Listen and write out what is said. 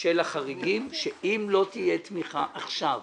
של החריגים שאם לא תהיה תמיכה עכשיו,